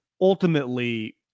Ultimately